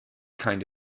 kind